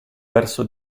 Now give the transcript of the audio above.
verso